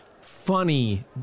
funny